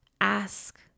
ask